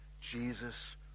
Jesus